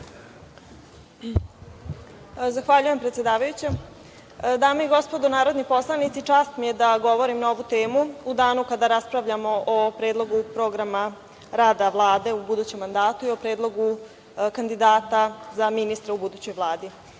Zahvaljujem predsedavajućem. Dame i gospodo narodni poslanici, čast mi je da govorim na ovu temu u danu kada raspravljamo o Predlogu programa rada Vlade u budućem mandatu i o predlogu kandidata za ministre u budućoj Vladi. Imali